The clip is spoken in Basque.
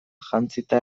jantzita